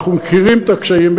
אנחנו מכירים את הקשיים,